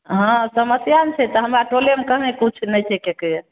हँ समस्या ने छै तऽ हमरा टोलेमे कने किछु नहि छै केकेरे